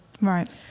right